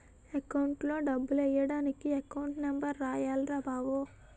అకౌంట్లో డబ్బులెయ్యడానికి account number రాయాల్రా బావో